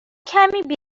کمی